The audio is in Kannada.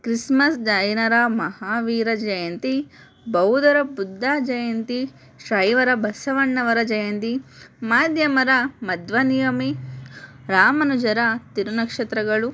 ಕ್ರಿಸ್ಮಸ್ ಜೈನರ ಮಹಾವೀರ ಜಯಂತಿ ಬೌದ್ಧರ ಬುದ್ಧ ಜಯಂತಿ ಶೈವರ ಬಸವಣ್ಣನವರ ಜಯಂತಿ ಮಾದ್ಯಮರ ಮಧ್ವ ನಿಯಮಿ ರಾಮಾನುಜರ ತಿರುನಕ್ಷತ್ರಗಳು